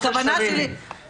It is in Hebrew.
הכוונה שלי שיש פה אבסורד.